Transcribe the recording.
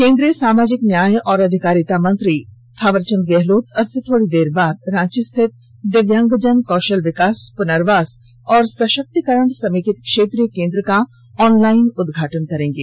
केंद्रीय सामाजिक न्याय और अधिकारिता मंत्री डॉ थावर चंद गेहलोत अब से थोड़ी देर बाद रांची स्थित दिव्यांगजन कौशल विकास पुनर्वास और सशक्तिकरण समेकित क्षेत्रीय केंद्र का ऑनलाइन उद्घाटन करेंगे